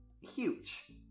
huge